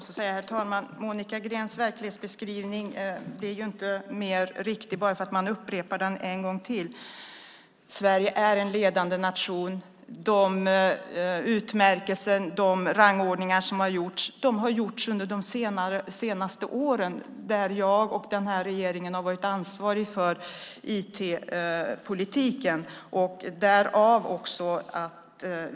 Herr talman! Monica Greens verklighetsbeskrivning blir inte mer riktig bara för att hon upprepar den en gång till. Sverige är en ledande nation. De utmärkelser och rangordningar som har gjorts har gjorts under de senaste åren då jag och den här regeringen har varit ansvariga för IT-politiken.